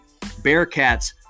Bearcats